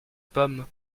pommes